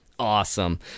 Awesome